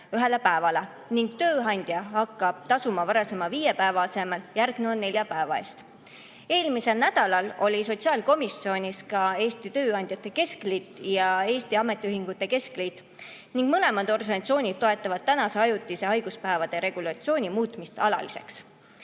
ühele päevale ning tööandja hakkab tasuma varasema viie päeva asemel järgneva nelja päeva eest. Eelmisel nädalal olid sotsiaalkomisjonis ka Eesti Tööandjate Keskliit ja Eesti Ametiühingute Keskliit. Mõlemad organisatsioonid toetavad ajutise haiguspäevade regulatsiooni muutmist alaliseks.